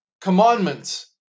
commandments